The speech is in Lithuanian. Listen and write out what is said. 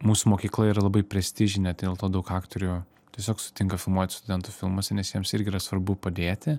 mūsų mokykla yra labai prestižinė tai dėl to daug aktorių tiesiog sutinka filmuotis studentų filmuose nes jiems irgi yra svarbu padėti